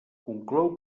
conclou